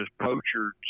poachers